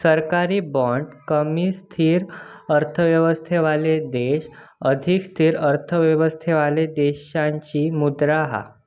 सरकारी बाँड कमी स्थिर अर्थव्यवस्थावाले देश अधिक स्थिर अर्थव्यवस्थावाले देशाची मुद्रा हा